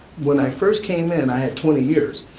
when i first came in i had twenty years,